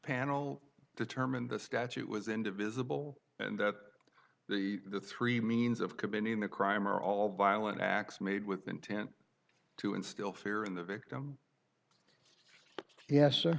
panel determined the statute was into visible and that the three means of committing the crime are all violent acts made with intent to instill fear in the victim yes s